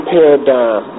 Paradigm